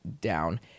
down